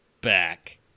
back